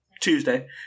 Tuesday